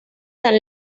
tan